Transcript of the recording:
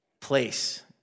place